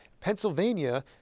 Pennsylvania